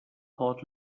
port